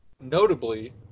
Notably